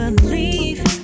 believe